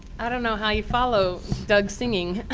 i don't know how you follow doug's singing.